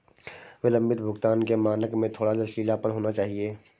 विलंबित भुगतान के मानक में थोड़ा लचीलापन होना चाहिए